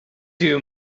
too